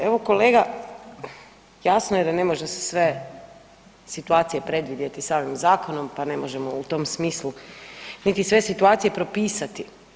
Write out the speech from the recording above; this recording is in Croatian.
Evo kolega, jasno je da ne može se sve situacije predvidjeti samim zakonom, pa ne možemo u tom smislu niti sve situacije propisati.